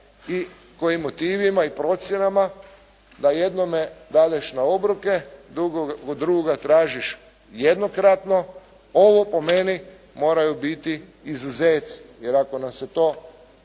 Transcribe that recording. i kojim motivima i procjenama da jednome dadeš na obroke, drugoga tražiš jednokratno. Ovo po meni moraju biti izuzeci. Jer ako nam se to